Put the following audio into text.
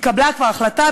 התקבלה כבר החלטה,